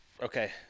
Okay